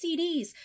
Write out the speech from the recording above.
cds